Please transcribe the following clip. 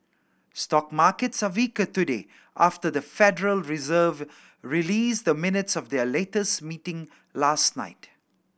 stock markets are weaker today after the Federal Reserve released the minutes of their latest meeting last night